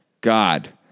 God